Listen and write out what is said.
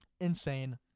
Insane